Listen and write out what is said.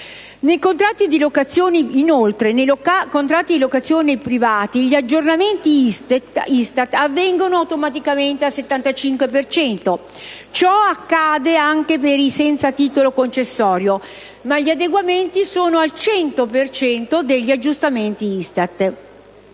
Nei contratti di locazione privati, gli aggiornamenti , avvengono automaticamente al 75 per cento. Ciò accade anche per i senza titolo concessorio, ma gli adeguamenti sono al 100 per cento degli aggiornamenti ISTAT.